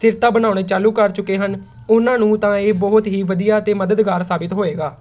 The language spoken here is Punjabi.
ਸਥਿਰਤਾ ਬਣਾਉਣੇ ਚਾਲੂ ਕਰ ਚੁੱਕੇ ਹਨ ਉਹਨਾਂ ਨੂੰ ਤਾਂ ਇਹ ਬਹੁਤ ਹੀ ਵਧੀਆ ਅਤੇ ਮਦਦਗਾਰ ਸਾਬਿਤ ਹੋਏਗਾ